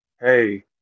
hey